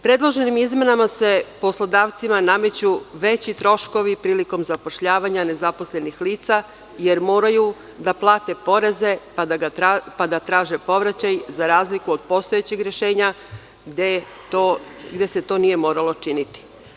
Predloženim izmenama se poslodavcima nameću veći troškovi prilikom zapošljavanja nezaposlenih lica, jer moraju da plate poreze, pa da traže povraćaj za razliku od postojećeg rešenja gde se to nije moralo činiti.